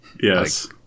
Yes